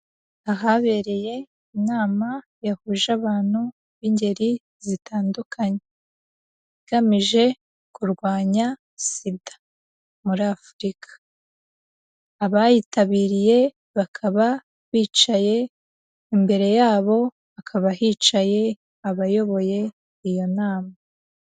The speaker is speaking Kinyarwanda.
Ahabereye inama yahuje abantu b'ingeri zitandukanye, igamije kurwanya sida muri Afurika, abayitabiriye bakaba bicaye, imbere yabo hakaba hicaye abayoboye iyo nama.